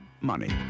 Money